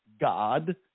God